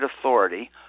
authority